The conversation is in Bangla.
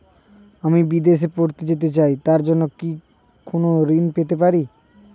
আমি বিদেশে পড়তে যেতে চাই তার জন্য কি কোন ঋণ পেতে পারি?